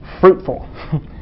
fruitful